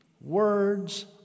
words